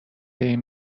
این